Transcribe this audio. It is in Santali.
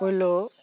ᱯᱩᱭᱞᱩ